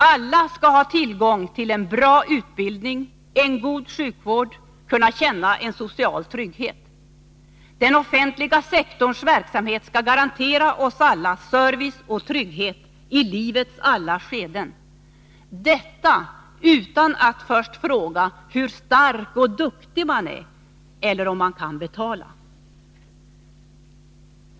Alla skall ha tillgång till en bra utbildning och en god sjukvård och kunna känna social trygghet. Den offentliga sektorns verksamhet skall garantera oss alla service och trygghet i livets alla skeden — detta utan att det först efterfrågas hur stark och duktig man är eller om man kan betala.